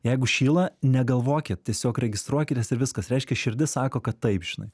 jeigu šyla negalvokit tiesiog registruokitės ir viskas reiškia širdis sako kad taip žinai